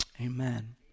amen